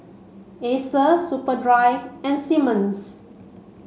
Acer Superdry and Simmons